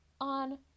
on